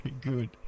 good